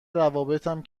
روابط